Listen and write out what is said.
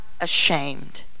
ashamed